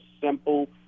simple